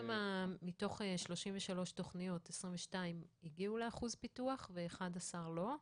מתוך 33 תכניות 22 הגיעו לאחוז פיתוח ו-11 לא.